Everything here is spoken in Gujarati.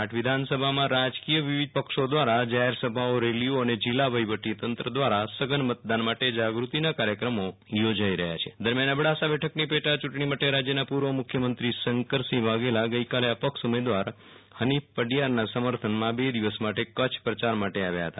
આઠ વિધાનસભાની વિવિધ રાજકીય પક્ષો દ્રારા જાહેર સભાઓરેલીઓ અને જીલ્લા વહીવટીતંત્ર દ્રારા સધન મતદાન માટે જાગૃતિના કાર્યક્રમો યોજાઈ રહ્યા છે દરમ્યાન અબડાસા બેઠકની પેટાયું ટણી માટે રાજયના પુર્વ મુખ્યમંત્રી શંકરસિંહ વાઘેલા ગઈકાલે અપક્ષ ઉમેદવાર હનીફ પઢીયારના સમર્થનમાં બે દિવસ માટે કચ્છ પ્રચાર માટે આવ્યા હતા